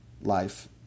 life